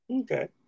Okay